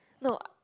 no